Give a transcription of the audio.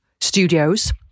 studios